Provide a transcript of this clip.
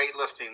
weightlifting